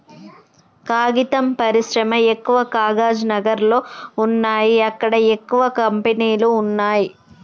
కాగితం పరిశ్రమ ఎక్కవ కాగజ్ నగర్ లో వున్నాయి అక్కడ ఎక్కువ కంపెనీలు వున్నాయ్